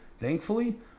thankfully